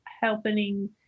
helping